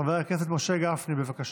חבר הכנסת משה גפני, בבקשה.